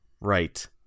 Right